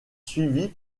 suivit